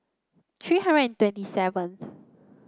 three hundred and twenty seventh